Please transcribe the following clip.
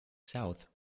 south